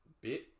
bit